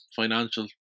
financial